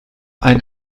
ein